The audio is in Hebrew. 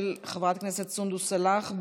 של חברת הכנסת סונדוס סאלח,